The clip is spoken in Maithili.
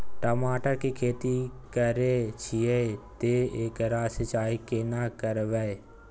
टमाटर की खेती करे छिये ते एकरा सिंचाई केना करबै?